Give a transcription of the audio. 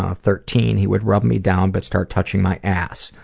ah thirteen, he would rub me down but start touching my ass.